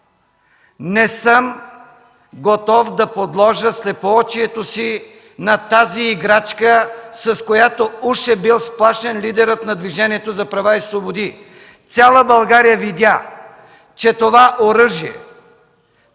не съм готов да подложа слепоочието си на тази играчка, с която уж е бил сплашен лидерът на Движението за права и свободи. Цяла България видя, че това оръжие